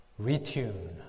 retune